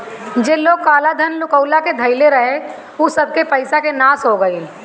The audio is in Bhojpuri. जे लोग काला धन लुकुआ के धइले रहे उ सबके पईसा के नाश हो गईल